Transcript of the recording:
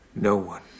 No-one